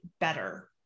better